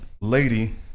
lady